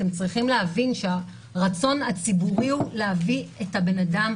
אתם צריכים להבין שהרצון הציבורי הוא לאתר את האדם